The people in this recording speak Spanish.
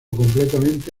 completamente